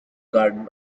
garden